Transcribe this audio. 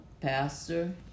Pastor